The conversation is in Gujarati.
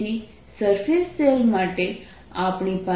તેથી સરફેસ શેલ માટે આપણી પાસે આ પરિણામ છે